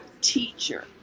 teacher